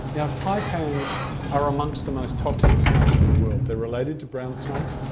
now taipans are amongst the most toxic snakes in the world. they're related to brown snakes.